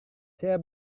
saya